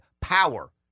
power